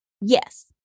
yes